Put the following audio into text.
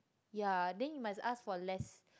ya then you must ask for less